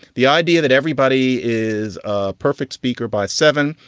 the idea that everybody is a perfect speaker by seven